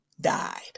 died